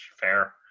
Fair